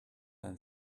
than